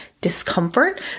discomfort